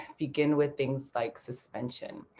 begin with things like suspension.